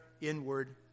inward